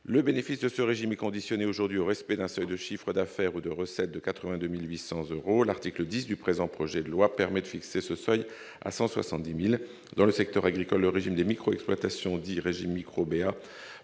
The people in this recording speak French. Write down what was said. le bénéfice de ce régime conditionné aujourd'hui au respect d'un seuil de chiffre d'affaires ou de recel de 82800 euros l'article 10 du présent projet de loi permet de fixer ce seuil à 170000 dans le secteur agricole, le régime du micro-exploitations dit régime micro-meilleur